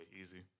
easy